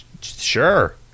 Sure